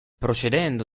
procedendo